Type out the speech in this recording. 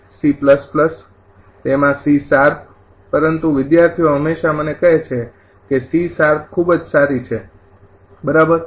તેમાં C sharp પરંતુ વિદ્યાર્થીઓ હંમેશા મને કહે છે C શાર્પ ખૂબ જ સારી છે બરાબર